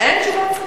אין תשובת שר.